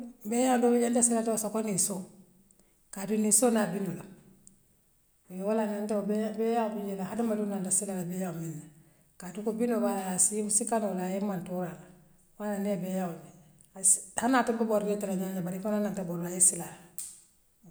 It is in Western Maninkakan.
Beaŋ doo muŋ dianta sinatawu issafoo niissoo kaaduŋ niissoo na yo woo lee a tina nte woo beaŋ bee yaa puri ye hadama duna nte siila beaŋ minna kaatu ko bino baa ayaa hani ate numboor bee tara ňaami bari ifanaŋ man tara borla yee sii la.